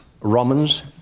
Romans